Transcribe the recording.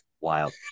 Wild